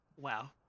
Wow